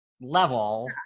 level